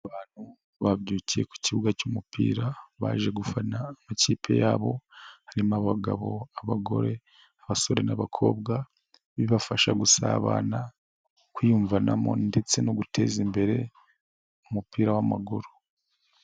Abantu babyukiye ku kibuga cy'umupira baje gufana amakipe yabo harimo abagabo, abagore, abasore n'abakobwa bibafasha gusabana kwiyumvanamo, ndetse no guteza imbere umupira w'amaguru.